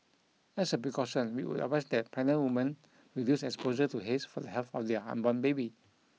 as a precaution we would advise that pregnant woman reduce exposure to haze for the health of their unborn baby